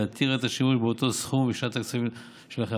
להתיר את השימוש באותו סכום בשנת הכספים שלאחריה.